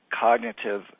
cognitive